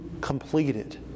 completed